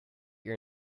your